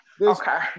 Okay